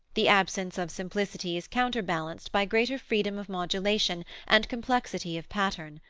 the absence of simplicity is counterbalanced by greater freedom of modulation and complexity of pattern.